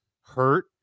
hurt